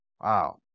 Wow